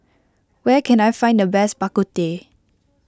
where can I find the best Bak Kut Teh